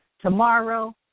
tomorrow